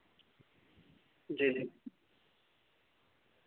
जी जी